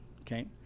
Okay